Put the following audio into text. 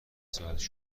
ساعتی